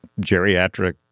geriatric